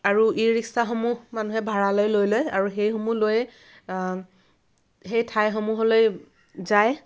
আৰু ই ৰিক্সাসমূহ মানুহে ভাড়ালৈ লৈ লয় আৰু সেই সমূহ লৈ সেই ঠাইসমূহলৈ যায়